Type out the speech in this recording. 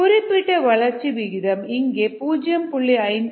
குறிப்பிட்ட வளர்ச்சி விகிதம் இங்கே 0